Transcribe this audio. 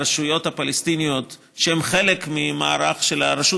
הרשויות הפלסטיניות שהן חלק מהמערך של הרשות